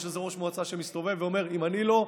יש איזה ראש מועצה שמסתובב ואומר: אם אני לא,